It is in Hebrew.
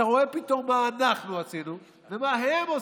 אתה רואה פתאום מה אנחנו עשינו ומה הם עושים,